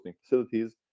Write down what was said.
facilities